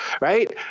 right